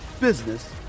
business